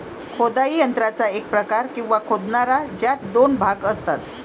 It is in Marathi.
खोदाई यंत्राचा एक प्रकार, किंवा खोदणारा, ज्यात दोन भाग असतात